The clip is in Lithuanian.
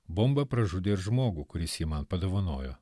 bomba pražudė ir žmogų kuris jį man padovanojo